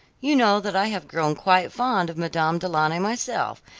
you know that i have grown quite fond of madame du launy myself,